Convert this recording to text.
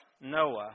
Noah